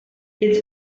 its